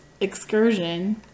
excursion